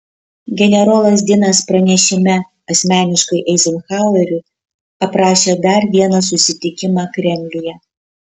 generolas dinas pranešime asmeniškai eizenhaueriui aprašė dar vieną susitikimą kremliuje